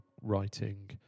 writing